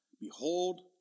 Behold